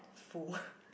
full